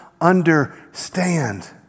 understand